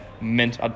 mint